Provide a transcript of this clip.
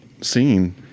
scene